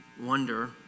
wonder